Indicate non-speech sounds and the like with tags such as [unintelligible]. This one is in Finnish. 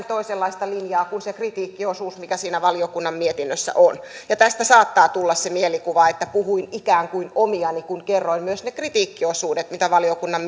[unintelligible] toisenlaista linjaa kuin se kritiikkiosuus mikä siinä valiokunnan mietinnössä on tästä saattaa tulla se mielikuva että puhuin ikään kuin omiani kun kerroin myös ne kritiikkiosuudet mitä valiokunnan [unintelligible]